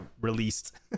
released